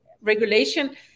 regulation